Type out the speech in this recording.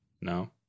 no